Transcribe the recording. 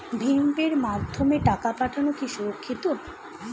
ভিম পের মাধ্যমে টাকা পাঠানো কি সুরক্ষিত?